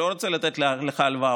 לא רוצה לתת לך הלוואה,